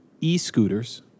e-scooters